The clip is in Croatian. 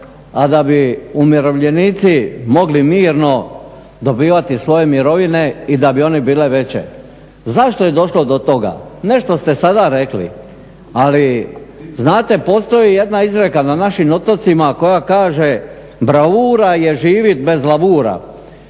a da bi umirovljenici mogli mirno dobivati svoje mirovine i da bi one bile veće. Zašto je došlo do toga? Nešto ste sada rekli, ali znate postoji jedna izreka na našim otocima koja kaže bravura je živit bez lavura.